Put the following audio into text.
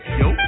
yo